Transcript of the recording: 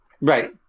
Right